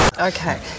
Okay